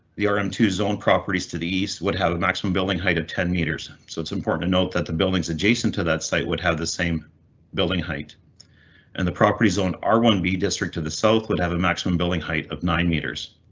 the rm um two zone properties to the east would have a maximum building height of ten meters, so it's important to note that the buildings adjacent to that site would have the same building height and the property zoned r one b district to the south would have a maximum building height of nine meters.